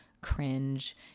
cringe